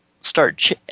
start